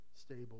stable